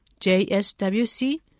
JSWC